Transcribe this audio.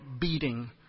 beating